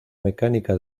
mecánica